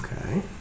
Okay